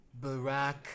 Barack